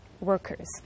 workers